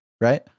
right